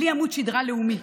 בלי עמוד שדרה לאומי,